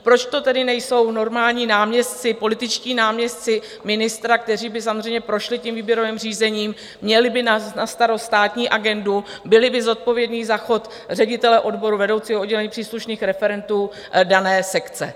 Proč to tedy nejsou normální náměstci, političtí náměstci ministra, kteří by samozřejmě prošli výběrovým řízením, měli by na starost státní agendu, byli by zodpovědní za chod ředitele odboru, vedoucího oddělení, příslušných referentů dané sekce?